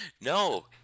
No